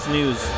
News